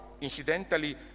incidentally